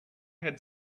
had